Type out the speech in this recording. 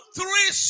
three